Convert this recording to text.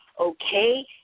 okay